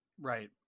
Right